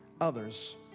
others